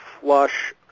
flush